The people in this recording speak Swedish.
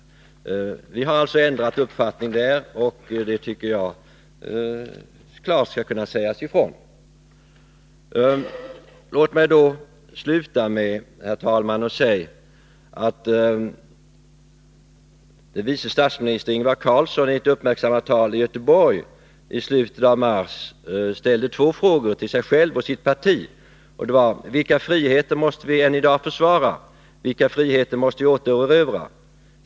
Vi har alltså ändrat uppfattning på den punkten, och det tycker jag skall kunnas sägas klart ifrån. Låt mig, herr talman, sluta med att säga att vice statsminister Ingvar Carlsson i ett uppmärksammat tal i Göteborg i slutet av mars ställde två frågor till sig själv och sitt parti, och de var: Vilka friheter måste vi än i dag försvara? Vilka friheter måste vi återerövra?